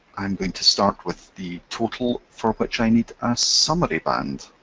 i'm going to start with the total for which i need a summary band.